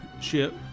ship